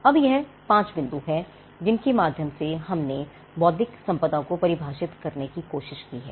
अब यह 5 बिंदु हैं जिनके माध्यम से हमने बौद्धिक संपदा को परिभाषित करने की कोशिश की है